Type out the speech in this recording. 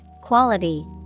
quality